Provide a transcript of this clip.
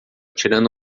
tirando